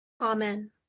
Amen